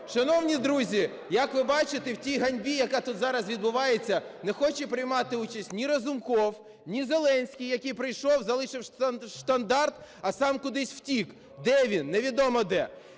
Шановні друзі, як ви бачите, в тій ганьбі, яка тут зараз відбувається, не хоче приймати участь ні Разумков, ні Зеленський, який прийшов, залишив штандарт, а сам кудись втік. Де він? Невідомо де.